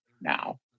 now